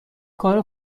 کار